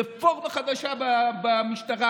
רפורמה חדשה במשטרה,